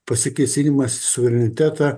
pasikėsinimas į suverinitetą